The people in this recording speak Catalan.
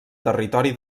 territori